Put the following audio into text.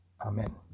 Amen